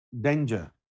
danger